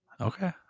Okay